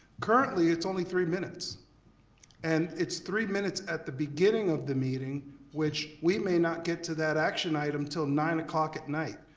currently it's only three minutes and it's three minutes at the beginning of the meeting which we may not get to that action item till nine zero at night.